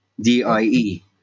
D-I-E